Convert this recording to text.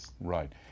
Right